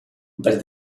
but